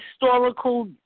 historical